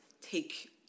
take